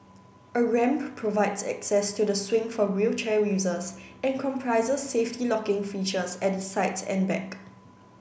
a ramp provides access to the swing for wheelchair users and comprises safety locking features at the sides and back